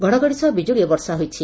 ଘଡ଼ଘଡ଼ି ସହ ବିଜୁଳି ଓ ବର୍ଷା ହୋଇଛି